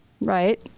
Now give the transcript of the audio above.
Right